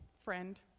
friend